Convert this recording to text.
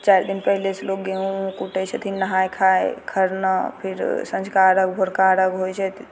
चारि दिन पहिले सँ लोग गेहूॅं उहुँ कूटै छथिन नहाए खाए खरना फिर संँझका अर्घ्य भोरका अर्घ्य होइ छै